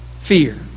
fear